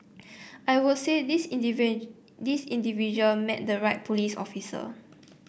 I would say this this individual met the right police officer